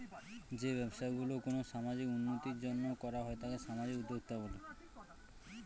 যে ব্যবসা গুলো কোনো সামাজিক উন্নতির জন্য করা হয় তাকে সামাজিক উদ্যক্তা বলে